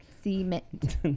Cement